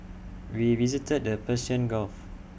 we visited the Persian gulf